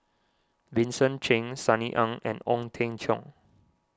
Vincent Cheng Sunny Ang and Ong Teng Cheong